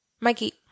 Mikey